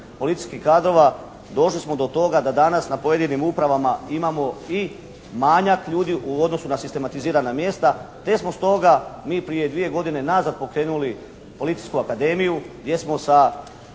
policijskih kadrova došli smo do toga da danas na pojedinim upravama imamo i manjak ljudi u odnosu na sistematizirana mjesta te smo stoga mi prije dvije godine nazad pokrenuli Policijsku akademiju gdje smo sa